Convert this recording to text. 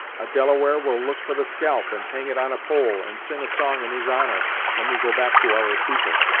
a delaware will look for the scalp, and hang it on a pole, and sing a song in his honour, when we go back to our people.